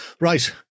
right